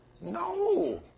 No